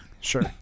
sure